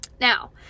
Now